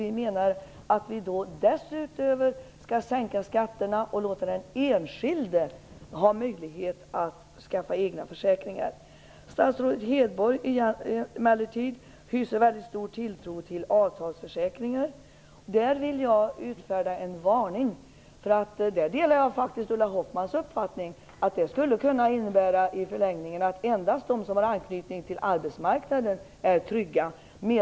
Därutöver vill vi sänka skatterna och låta den enskilde ha möjlighet att skaffa egna försäkringar. Statsrådet Hedborg emellertid hyser väldigt stor tilltro till avtalsförsäkringar. Där vill jag utfärda en varning. Där delar jag faktiskt Ulla Hoffmanns uppfattning att det i förlängningen skulle kunna innebära att endast de som har anknytning till arbetsmarknaden är trygga.